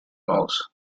roles